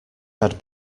had